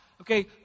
Okay